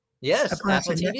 yes